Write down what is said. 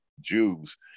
Jews